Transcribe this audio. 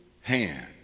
hand